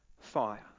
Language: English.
fire